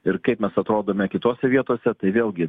ir kaip mes atrodome kitose vietose tai vėlgi